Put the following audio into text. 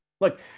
Look